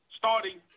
starting